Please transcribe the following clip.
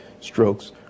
strokes